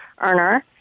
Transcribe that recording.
earner